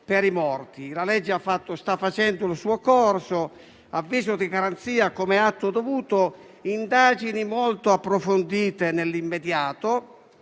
per i morti. La legge sta facendo il suo corso: avviso di garanzia come atto dovuto, indagini molto approfondite nell'immediato